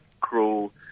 cruel